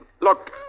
Look